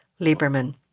Lieberman